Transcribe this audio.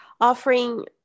offering